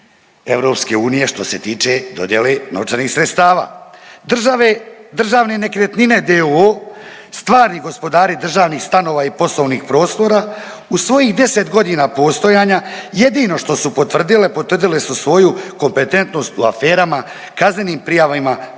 istražitelji EU što se tiče dodjele novčanih sredstava. Državne nekretnine d.o.o. stvarni gospodari državnih stanova i poslovnih prostora u svojih 10 godina postojanja jedino što su potvrdile, potvrdile su svoju kompetentnost u aferama, kaznenim prijavama,